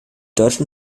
deutschen